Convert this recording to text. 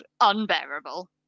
unbearable